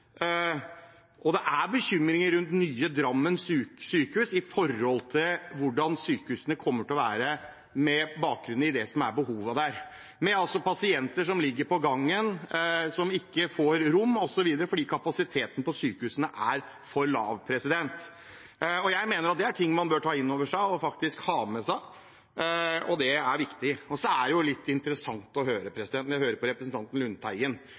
og at det er bekymringer rundt nye Drammen sykehus med tanke på hvordan sykehusene kommer til å være, med bakgrunn i det som er behovene der, med pasienter som ligger på gangen, som ikke får rom osv., fordi kapasiteten på sykehusene er for lav. Jeg mener at det er ting man bør ta inn over seg og faktisk ha med seg. Det er viktig. Det er interessant å høre på representanten Lundteigen. Det er litt som at reservebenken kommer inn for å